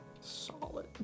Solid